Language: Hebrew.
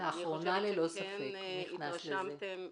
לאחרונה ללא ספק, נכנס לזה.